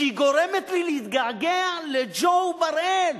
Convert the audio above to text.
שהיא גורמת לי להתגעגע לג'ו בראל.